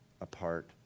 apart